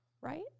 right